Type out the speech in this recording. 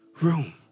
room